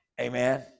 amen